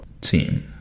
team